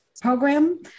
program